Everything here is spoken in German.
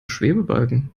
schwebebalken